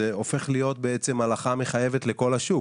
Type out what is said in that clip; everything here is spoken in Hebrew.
זה הופך להיות בעצם הלכה מחייבת לכל השוק.